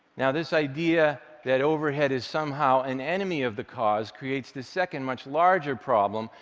now, this idea that overhead is somehow an enemy of the cause creates this second, much larger problem,